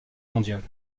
mondiale